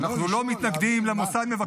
אנחנו לא מתנגדים למוסד מבקר,